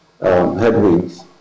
headwinds